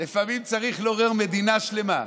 לפעמים צריך לעורר מדינה שלמה.